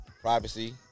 privacy